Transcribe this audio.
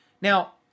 now